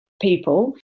people